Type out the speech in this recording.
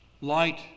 Light